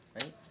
right